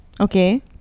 Okay